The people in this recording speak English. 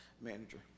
manager